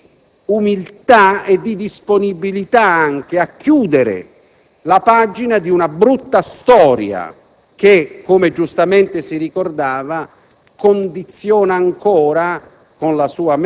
un gesto anche di umiltà e di disponibilità a chiudere la pagina di una brutta storia che, come giustamente si ricordava,